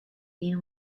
been